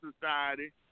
society